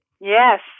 Yes